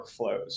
workflows